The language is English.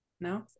no